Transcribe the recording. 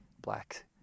black